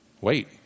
wait